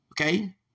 Okay